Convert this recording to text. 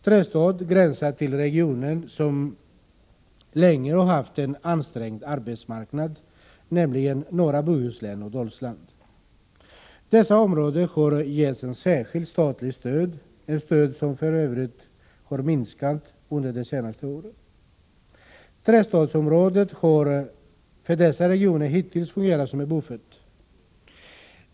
Trestadsregionen gränsar till regionen som länge haft en ansträngd arbetsmarknad, nämligen norra Bohuslän och Dalsland. Dessa områden får särskilt statligt stöd, som för övrigt har minskat under de senaste åren. Trestadsområdet har hittills fungerat som en buffert för dessa regioner.